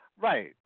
right